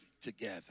together